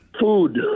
Food